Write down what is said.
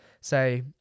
say